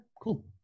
cool